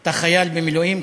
אתה חייל במילואים.